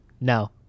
No